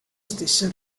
stessa